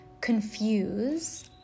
confuse